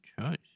choice